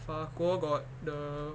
法国 got the